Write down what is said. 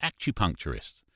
acupuncturists